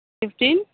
fifteen